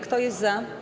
Kto jest za?